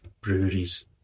breweries